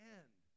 end